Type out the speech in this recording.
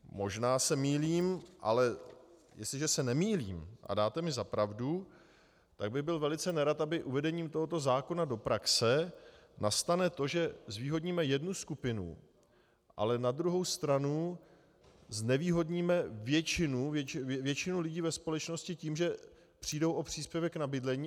Možná se mýlím, ale jestliže se nemýlím a dáte mi za pravdu, tak bych byl velice nerad, aby uvedením tohoto zákona do praxe nastalo to, že zvýhodníme jednu skupinu, ale na druhou stranu znevýhodníme většinu lidí ve společnosti tím, že přijdou o příspěvek na bydlení.